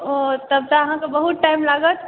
ओ तब तऽ अहाँकेॅं बहुत टाइम लागत